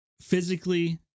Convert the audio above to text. physically